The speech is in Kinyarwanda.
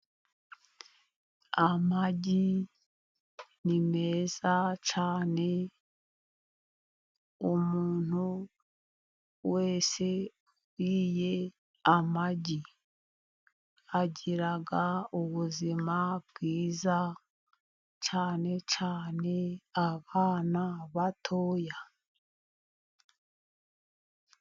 Amagi ni meza cyane, umuntu wese uriye amagi agira ubuzima bwiza, cyane cyane abana batoya.